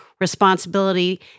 responsibility